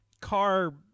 car